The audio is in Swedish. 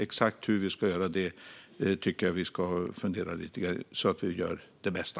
Exakt hur vi ska göra detta tycker jag att vi ska fundera lite över så att vi gör det bästa.